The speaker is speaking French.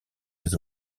des